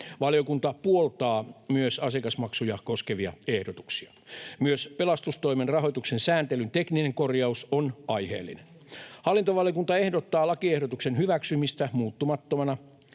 Valiokunta puoltaa myös asiakasmaksuja koskevia ehdotuksia. Myös pelastustoimen rahoituksen sääntelyn tekninen korjaus on aiheellinen. Hallintovaliokunta ehdottaa lakiehdotuksen hyväksymistä muuttumattomana